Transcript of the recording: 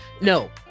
no